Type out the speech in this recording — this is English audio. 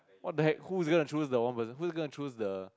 what the heck who's gonna choose the one percent who's gonna choose the